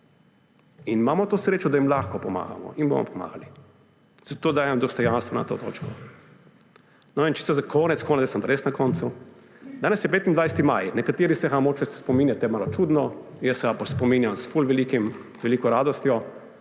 in imamo to srečo, da jim lahko pomagamo, pomagali. Zato dajem dostojanstvo na to točko. Čisto za konec, zdaj sem pa res na koncu. Danes je 25. maj. Nekateri se ga mogoče spominjate malo čudno, jaz se ga spominjam s ful veliko radostjo.